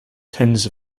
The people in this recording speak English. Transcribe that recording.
tens